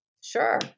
Sure